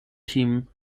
team